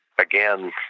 again